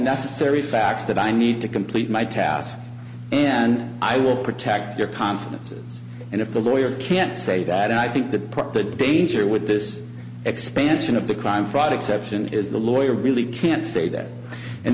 necessary facts that i need to complete my task and i will protect your confidences and if the lawyer can't say that i think that part the danger with this expansion of the crime fraud exception is the lawyer really can't say that and